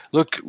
Look